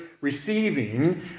receiving